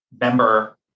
member